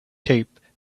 cape